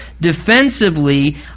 defensively